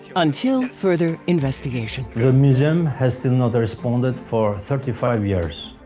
until further investigation, the museum has still not responded, for thirty five years.